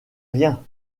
rien